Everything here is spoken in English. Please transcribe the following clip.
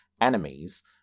enemies